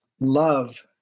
love